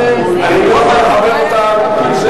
אני לא יכול לחבר אותן,